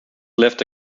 left